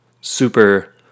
super